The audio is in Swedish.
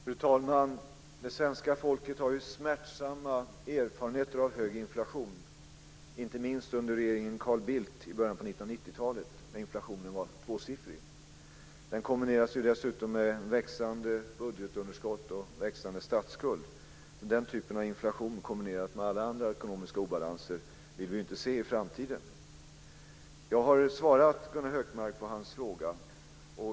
Fru talman! Det svenska folket har smärtsamma erfarenheter av hög inflation, inte minst under regeringen Carl Bildt i början av 90-talet när inflationen var tvåsiffrig. Den kombinerades dessutom med växande budgetunderskott och växande statsskuld. Den typen av inflation, kombinerad med andra ekonomiska obalanser, vill vi inte se i framtiden. Jag har svarat Gunnar Hökmark på hans fråga.